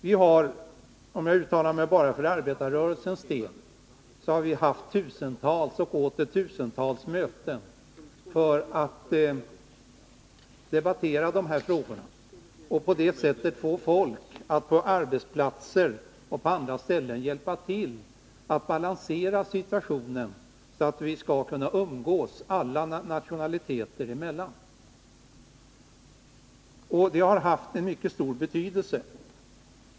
Vi har inom t.ex. arbetarrörelsen i Södertälje haft tusentals och åter tusentals möten för att debattera de här frågorna och på det sättet få folk att på arbetsplatser och andra ställen hjälpa till att få balans i situationen, så att vi skall kunna umgås alla nationaliteter emellan. Det har haft mycket stor betydelse.